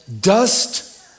dust